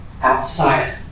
Outside